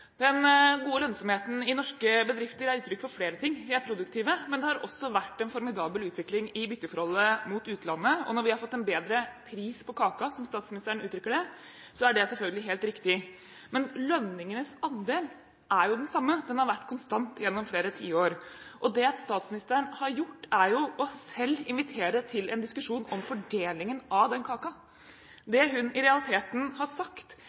Den gode lønnsomheten i norske bedrifter gir uttrykk for flere ting – vi er produktive, men det har også vært en formidabel utvikling i bytteforholdet mot utlandet. Og når vi har fått en bedre pris på kaka, som statsministeren uttrykker det, er det selvfølgelig helt riktig. Men lønningenes andel er den samme, den har vært konstant gjennom flere tiår. Det statsministeren har gjort, er selv å invitere til en diskusjon om fordelingen av kaka. Det hun i realiteten har sagt,